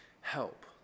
help